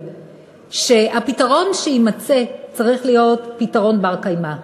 שהפתרון שיימצא צריך להיות פתרון בר-קיימא.